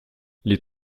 les